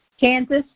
Kansas